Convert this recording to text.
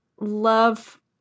love